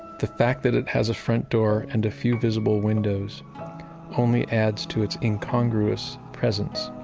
the fact that it has a front door and a few visible windows only adds to it's incongruous presence.